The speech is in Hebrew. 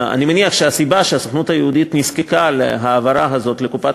אני מניח שהסוכנות היהודית נזקקה להעברה הזאת לקופת